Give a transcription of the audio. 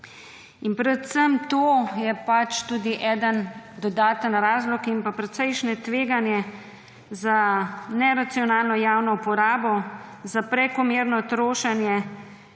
Predvsem je to pač tudi eden dodaten razlog in precejšnje tveganje za neracionalno javno porabo, za prekomerno trošenje,